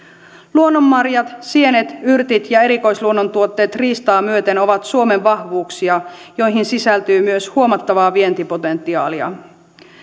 luonnonmarjat sienet yrtit ja erikoisluonnontuotteet riistaa myöten ovat suomen vahvuuksia joihin sisältyy myös huomattavaa vientipotentiaalia